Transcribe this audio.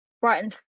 Brighton's